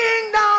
kingdom